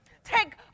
Take